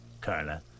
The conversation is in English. Carla